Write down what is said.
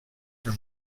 from